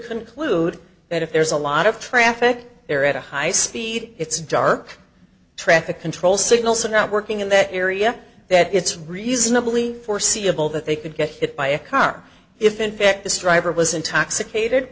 conclude that if there's a lot of traffic there at a high speed it's dark traffic control signals are not working in that area that it's reasonably foreseeable that they could get hit by a car if in fact this driver was intoxicated